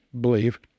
believe